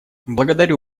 благодарю